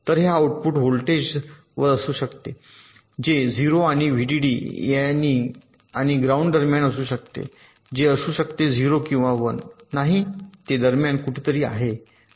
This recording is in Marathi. तर हे आउटपुट व्होल्टेजवर असू शकते जे 0 आणि 1 व्हीडीडी आणि ग्राउंड दरम्यान असू शकते जे असू शकते 0 किंवा 1 नाही ते दरम्यान कुठेतरी आहे